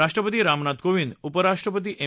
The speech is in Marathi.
राष्ट्रपति रामनाथ कोविंद उपराष्ट्रपति एम